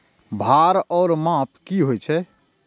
भार ओर माप की होय छै?